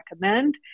recommend